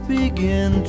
begin